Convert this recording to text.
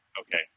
Okay